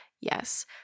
yes